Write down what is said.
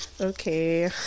Okay